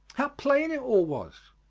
how plain it all was.